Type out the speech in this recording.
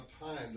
time